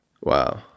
wow